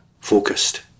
focused